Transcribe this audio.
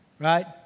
right